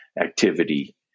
activity